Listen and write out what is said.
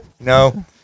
no